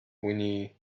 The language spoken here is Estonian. kuni